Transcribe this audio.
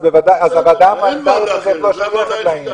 אז הוועדה ההומניטרית הזאת לא שייכת לעניין.